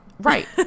Right